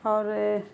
اور